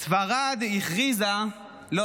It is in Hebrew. ספרד הכריזה --- סגרו.